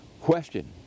Question